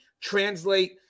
translate